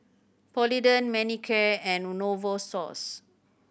Polident Manicare and Novosource